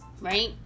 Right